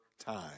time